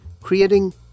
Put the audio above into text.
creating